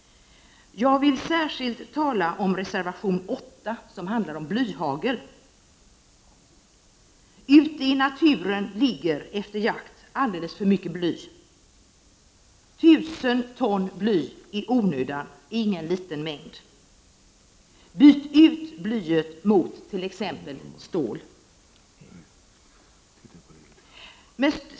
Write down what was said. Jag vill särskilt tala om reservation 8, som handlar om blyhagel. Ute i naturen ligger efter jakt alldeles för mycket bly. 1 000 ton bly i onödan är ingen liten mängd! Byt ut blyet mot t.ex. stål!